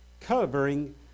covering